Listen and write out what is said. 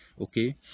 okay